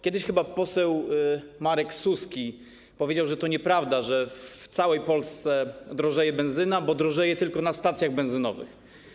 Kiedyś chyba poseł Marek Suski powiedział, że to nieprawda, że w całej Polsce drożeje benzyna, bo drożeje tylko na stacjach benzynowych.